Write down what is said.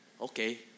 Okay